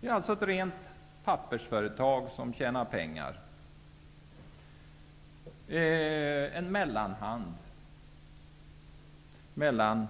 Det är ett rent pappersföretag som tjänar pengar, en mellanhand mellan